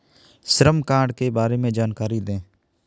श्रम कार्ड के बारे में जानकारी दें?